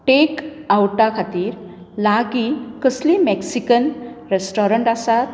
take आउटा खातीर लागीं कसलीं मेक्सिकन रॅस्टोरंट आसात